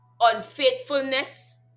unfaithfulness